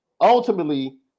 Ultimately